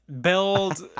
build